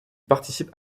participe